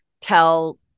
tell